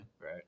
Right